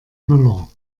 müller